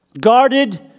Guarded